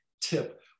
tip